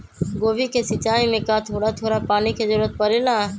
गोभी के सिचाई में का थोड़ा थोड़ा पानी के जरूरत परे ला?